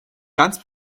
ganz